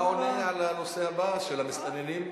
אתה עונה על הנושא הבא, של המסתננים?